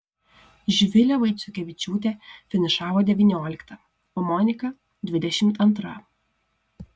živilė vaiciukevičiūtė finišavo devyniolikta o monika dvidešimt antra